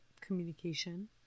communication